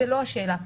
זו לא השאלה פה.